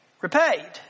repaid